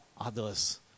others